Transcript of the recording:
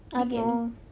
you get me